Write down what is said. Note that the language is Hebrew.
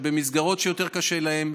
שהם במסגרות שיותר קשה להם,